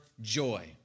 joy